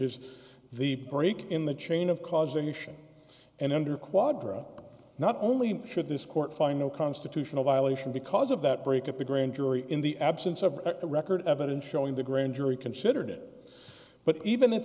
is the break in the chain of causation and under quadro not only should this court find no constitutional violation because of that break up the grand jury in the absence of a record of evidence showing the grand jury considered it but even if